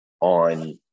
on